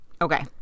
Okay